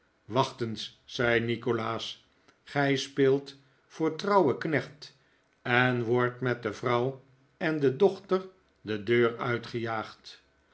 eens zei nikolaas gij speelt voor trouwen knecht en wordt met de vrouw en de dochter de deur